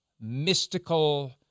mystical